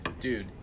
dude